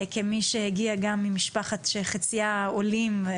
כמי שהגיעה גם ממשפחה שחציה עולים.